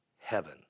heaven